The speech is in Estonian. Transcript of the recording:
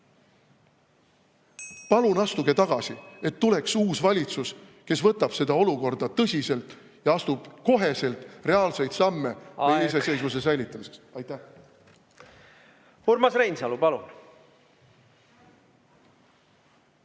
Palun astuge tagasi, et tuleks uus valitsus, kes võtab seda olukorda tõsiselt ja astub koheselt reaalseid samme iseseisvuse säilitamiseks. Aitäh! Urmas Reinsalu, palun!